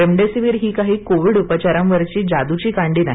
remdesivir ही काही Covid उपचारांवरची जादूची कांडी नाही